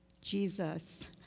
Jesus